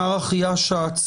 מר אחיה שץ,